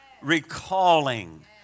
recalling